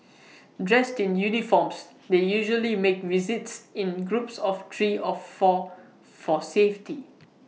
dressed in uniforms they usually make visits in groups of three of four for safety